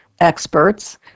experts